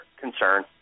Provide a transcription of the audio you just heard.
concern